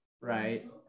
right